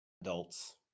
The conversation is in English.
adults